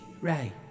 Ray